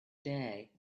day